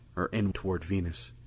or in toward venus.